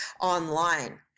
online